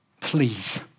Please